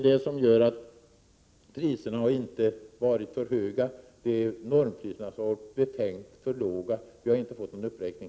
Det innebär att priserna inte har varit för höga, utan det är normpriserna som har varit befängt för låga. Vi har inte fått någon uppräkning.